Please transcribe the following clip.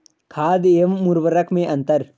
खाद एवं उर्वरक में अंतर?